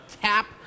tap